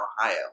Ohio